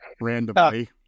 randomly